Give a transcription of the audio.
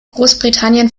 großbritannien